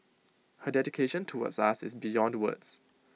her dedication towards us is beyond words